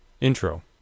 Intro